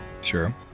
Sure